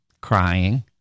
crying